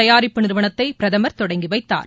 தயாரிப்பு நிறுவனத்தைபிரதமர் தொடங்கிவைத்தார்